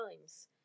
times